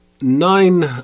nine